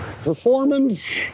Performance